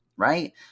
right